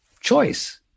choice